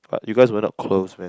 but you guys were not close man